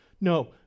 no